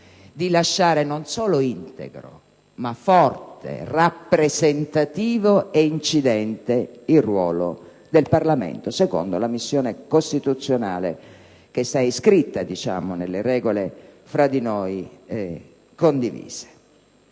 di lasciare non solo integro, ma forte, rappresentativo e incidente il ruolo del Parlamento, secondo la missione costituzionale che è iscritta nelle regole tra di noi condivise.